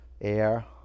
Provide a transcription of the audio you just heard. air